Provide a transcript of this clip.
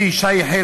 אלי ישי,